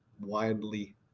widely